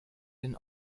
den